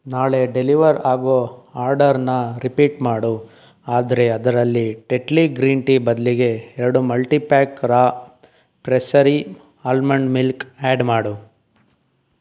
ನಾಳೆ ಡೆಲಿವರ್ ಆಗೋ ಆರ್ಡರ್ನ ರಿಪೀಟ್ ಮಾಡು ಆದರೆ ಅದರಲ್ಲಿ ಟೆಟ್ಲಿ ಗ್ರೀನ್ ಟೀ ಬದಲಿಗೆ ಎರಡು multi pack Raw Pressery almond milk add ಮಾಡು